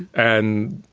and,